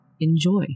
Enjoy